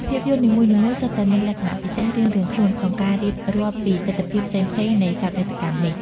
ភាពយន្តនីមួយៗសុទ្ធតែមានលក្ខណៈពិសេសរៀងៗខ្លួនក្នុងការរៀបរាប់ពីទិដ្ឋភាពផ្សេងៗនៃសោកនាដកម្មនេះ។